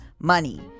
money